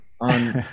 on